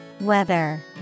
Weather